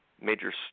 major